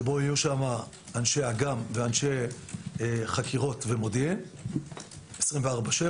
שבו יהיו אנשי אג"מ ואנשי חקירות ומודיעין ומוקדנים